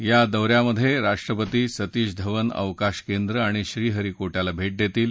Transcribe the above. या दौऱ्यात राष्ट्रपती सतीश धवन अवकाश केंद्र आणि श्रीहरीकोटयाला भेट देतील